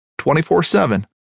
24-7